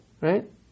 Right